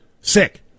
sick